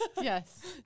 yes